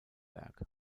werk